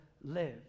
live